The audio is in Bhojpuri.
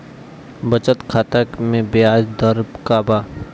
बचत खाता मे ब्याज दर का बा?